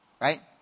Right